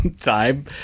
time